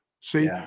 See